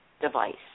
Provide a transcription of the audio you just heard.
device